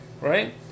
right